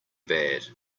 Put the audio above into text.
bad